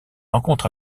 rencontre